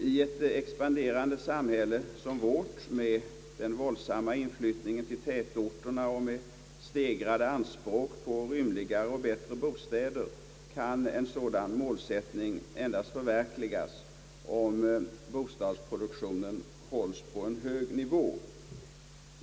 I ett expanderande samhälle som vårt med en våldsam inflyttning till tätorterna och med stegrade anspråk på rymligare och bättre bostäder kan en sådan målsättning endast förverkligas, om bostadsproduktionen hålles på en hög nivå.